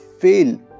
fail